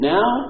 Now